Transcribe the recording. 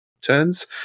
turns